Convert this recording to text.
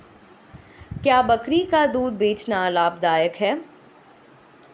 क्या बकरी का दूध बेचना लाभदायक है?